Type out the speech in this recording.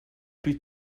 plus